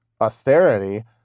austerity